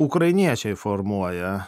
ukrainiečiai formuoja